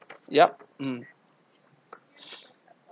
yup mmhmm